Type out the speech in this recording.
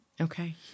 Okay